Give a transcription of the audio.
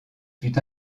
fut